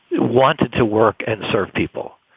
wanted to work and serve people.